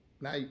Now